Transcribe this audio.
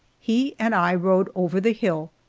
he and i rode over the hill,